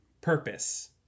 purpose